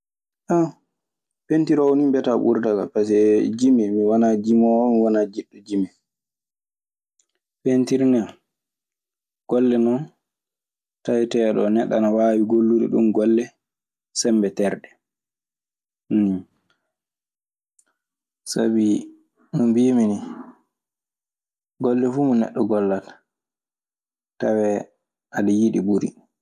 pentiroowo nii mbiyataa ɓurata kan sabi pase jimi mi wanaa jimoowo mi wanaa jiɗɗo jimi. Peentir ne golle non taweteeɗo neɗɗo ana waawi gollude ɗun golle sembe terɗe. Sabi no mbiimi nii, golle fuu mo neɗɗo gollata, tawee aɗe yiɗi ɓuri.